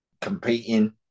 competing